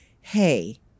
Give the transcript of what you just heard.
Hey